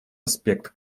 аспект